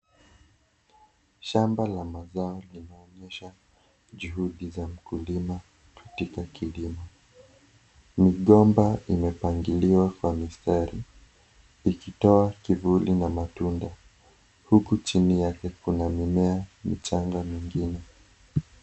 Shamba la mazao linaonyesha juhudi za mkulima katika kilimo, migomba imepangiliwa kwenye misitari ikitoa kivuli na matunda huku chini yake kuna mimea michinga mingine.